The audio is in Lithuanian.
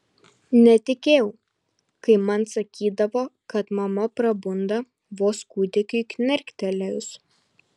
netikėjau kai man sakydavo kad mama prabunda vos kūdikiui knerktelėjus